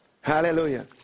Hallelujah